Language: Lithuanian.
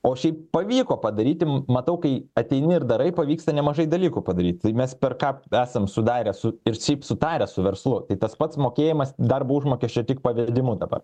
o šiaip pavyko padaryti matau kai ateini ir darai pavyksta nemažai dalykų padaryt tai mes per ką esam sudarę su ir šiaip sutarę su verslu tas pats mokėjimas darbo užmokesčio tik pavedimu dabar